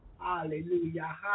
Hallelujah